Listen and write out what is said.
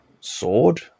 sword